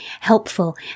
helpful